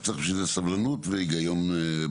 רק צריך בשביל זה סבלנות והיגיון בריא.